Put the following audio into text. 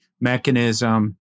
mechanism